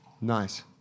Nice